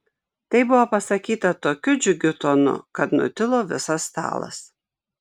tai buvo pasakyta tokiu džiugiu tonu kad nutilo visas stalas